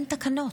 אין תקנות.